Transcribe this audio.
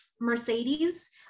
Mercedes